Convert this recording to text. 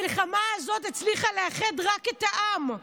המלחמה הזאת הצליחה לאחד רק את העם.